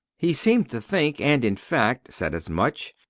he seemed to think, and, in fact, said as much,